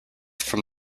from